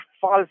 false